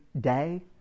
day